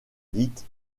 dites